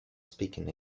speaking